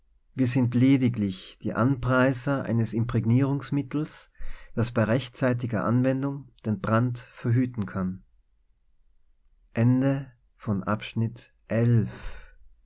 wir sind lediglich die an preiser eines imprägnierungsmittels das bei rechtzeitiger anwendung den brand verhüten kann